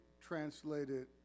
translated